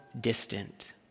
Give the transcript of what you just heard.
distant